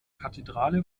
kathedrale